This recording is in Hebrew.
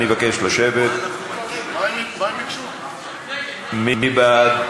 התשע"ה 2015. מי בעד?